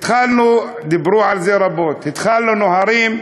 התחלנו, דיברו על זה רבות, התחלנו "נוהרים",